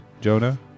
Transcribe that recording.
Jonah